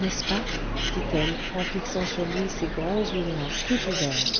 n'est-ce pas dit-elle en fixant sur lui ses grands yeux noirs tout ouverts